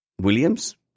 Williams